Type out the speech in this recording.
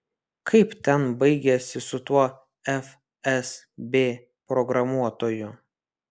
kaip ten baigėsi su tuo fsb programuotoju